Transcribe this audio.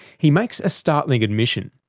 he makes a startling admission.